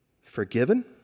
forgiven